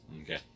Okay